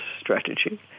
strategy